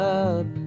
up